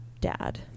dad